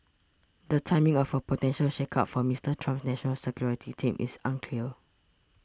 the timing of a potential shakeup for Mister Trump's national security team is unclear